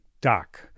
dock